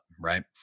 right